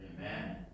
Amen